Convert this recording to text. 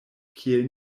kiel